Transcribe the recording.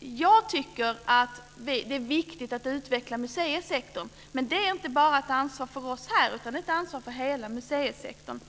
Jag tycker att det är viktigt att utveckla museisektorn, men det är inte ett ansvar bara för oss här, utan det är ett ansvar för hela museisektorn.